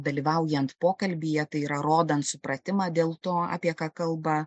dalyvaujant pokalbyje tai yra rodant supratimą dėl to apie ką kalba